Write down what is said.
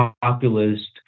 populist